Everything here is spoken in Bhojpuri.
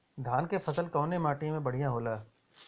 धान क फसल कवने माटी में बढ़ियां होला?